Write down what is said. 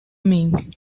ming